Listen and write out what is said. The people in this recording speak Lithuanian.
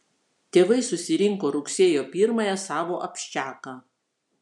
tėvai susirinko rugsėjo pirmąją savo abščiaką